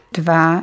dwa